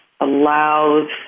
allows